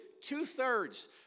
two-thirds